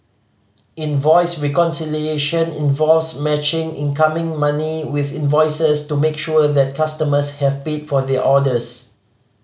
invoice reconciliation involves matching incoming money with invoices to make sure that customers have paid for their orders